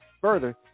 further